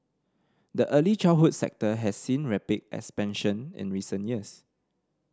the early childhood sector has seen rapid expansion in recent years